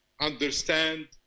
understand